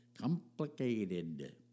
complicated